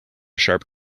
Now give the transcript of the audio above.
sharp